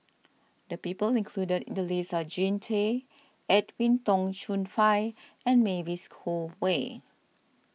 the people included in the list are Jean Tay Edwin Tong Chun Fai and Mavis Khoo Oei